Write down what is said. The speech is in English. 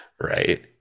right